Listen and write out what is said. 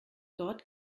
dort